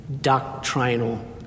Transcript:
doctrinal